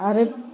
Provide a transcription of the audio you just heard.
आरो